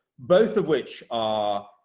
both of which are